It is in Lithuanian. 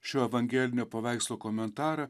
šio evangelinio paveikslo komentarą